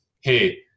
hey